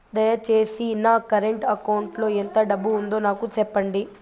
దయచేసి నా current account లో ఎంత డబ్బు ఉందో నాకు సెప్పండి